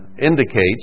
indicates